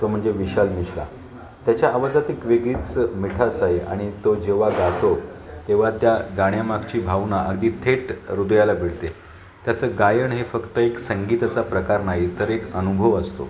तो म्हणजे विशाल मिश्रा त्याच्या आवाजात एक वेगळीच मिठास आहे आणि तो जेव्हा गातो तेव्हा त्या गाण्यामागची भावना अगदी थेट हृदयाला भिडते त्याचं गायन हे फक्त एक संगीताचा प्रकार नाही तर एक अनुभव असतो